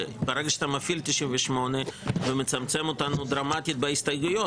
שברגע שאתה מפעיל 98 ומצמצם אותנו דרמטית בהסתייגויות,